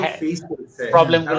problem